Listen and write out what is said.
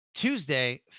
Tuesday